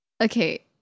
okay